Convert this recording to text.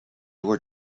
were